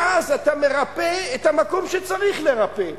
ואז אתה מרפא את המקום שצריך לרפא.